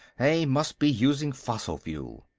they must be using fossil-fuel!